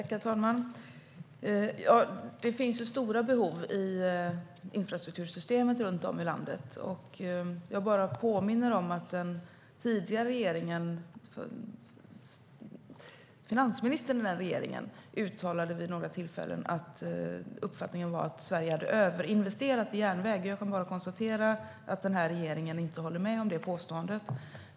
Herr talman! Det finns stora behov i infrastruktursystemet runt om i landet. Jag påminner om att finansministern i den tidigare regeringen vid några tillfällen uttalade att Sverige hade överinvesterat i järnvägen. Jag kan bara konstatera att den här regeringen inte instämmer i det påståendet.